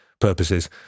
purposes